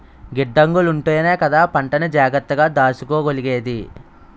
గిడ్డంగులుంటేనే కదా పంటని జాగ్రత్తగా దాసుకోగలిగేది?